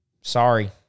Sorry